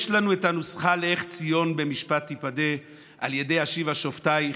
יש לנו את הנוסחה איך "ציון במשפט תפָּדה": על ידי "אשיבה שֹׁפטיִך".